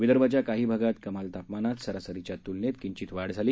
विदर्भाच्या काही भागात कमाल तापमानात सरासरीच्या तूलनेत किंचित वाढ झाली